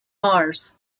mars